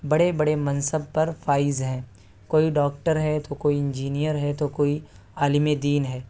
بڑے بڑے منصب پر فائز ہیں کوئی ڈاکٹر ہے تو کوئی انجینئر ہے تو کوئی عالم دین ہے